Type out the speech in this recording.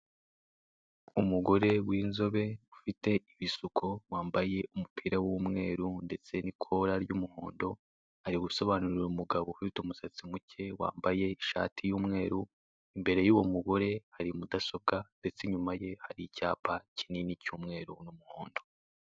Umugore w'inzobe, ufite ibisuko, wambaye umupira w'umweru ndetse n'ikora ry'umuhndo, ari husobanurira umugabo ufite umusatsi muke, wambaye ishati y'umweru, imbere y'uwo mugore hari mudasobwa, ndetse inyuma ye hari icyapa kinini cy'umweru n'umuhondo.